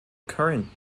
current